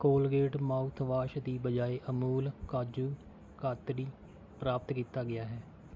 Colgate mouth wash ਦੀ ਬਜਾਏ ਅਮੂਲ ਕਾਜੂ ਕਤ੍ਰੀ ਪ੍ਰਾਪਤ ਕੀਤਾ ਗਿਆ ਹੈ